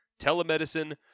Telemedicine